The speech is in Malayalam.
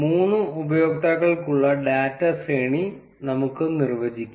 മൂന്ന് ഉപയോക്താക്കൾക്കുള്ള ഡാറ്റ ശ്രേണി നമുക്ക് നിർവചിക്കാം